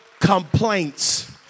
complaints